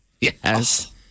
Yes